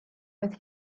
with